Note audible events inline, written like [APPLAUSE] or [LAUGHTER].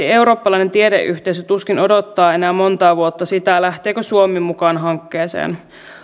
[UNINTELLIGIBLE] eurooppalainen tiedeyhteisö tuskin odottaa enää montaa vuotta sitä lähteekö suomi mukaan hankkeeseen